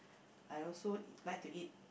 I also like to eat